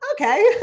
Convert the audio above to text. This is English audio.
okay